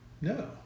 No